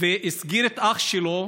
הסגיר את אח שלו.